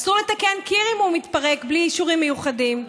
אסור לתקן קיר אם הוא מתפרק בלי אישורים מיוחדים.